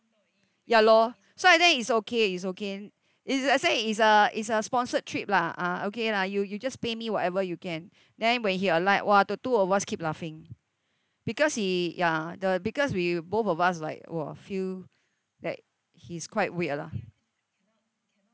ya lor so I tell him it's okay it's okay is I say it's a it's a sponsored trip lah uh okay lah you you just pay me whatever you can then when he alight !wah! the two of us keep laughing because he ya the because we both of us like !wah! feel that he's quite weird lah